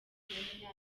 filime